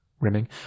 rimming